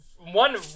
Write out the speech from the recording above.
one